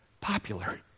popular